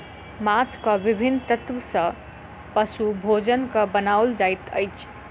माँछक विभिन्न तत्व सॅ पशु भोजनक बनाओल जाइत अछि